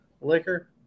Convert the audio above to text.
liquor